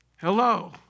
Hello